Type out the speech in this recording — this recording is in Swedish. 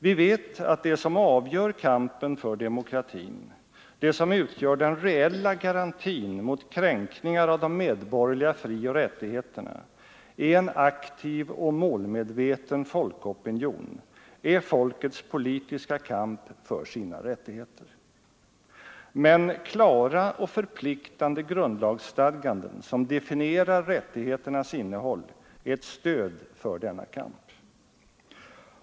Vi vet att det som avgör kampen för demokratin, det som utgör den reella garantin mot kränkningar av de medborgerliga frioch rättigheterna är en aktiv och målmedveten folkopinion, är folkets politiska kamp för sina rättigheter. Men klara och förpliktande grundlagsstadganden, som definierar rättigheternas innehåll, är ett stöd för denna kamp.